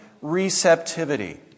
receptivity